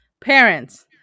Parents